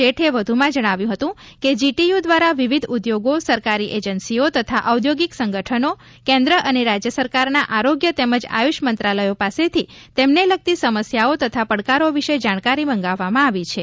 શેઠે વ્ધુમાં જણાવ્યુ હતું કે જીટીયુ દ્વારા વિવિધ ઉદ્યોગો સરકારી એજન્સીઓ તથા ઔદ્યોગિક સંગઠનો કેન્દ્ર અને રાજ્ય સરકારના આરોગ્ય તેમજ આયુષ મંત્રાલયો પાસેથી તેમને લગતી સમસ્યાઓ તથા પડકારો વિશે જાણકારી મંગાવવામાં આવી છે